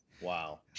Wow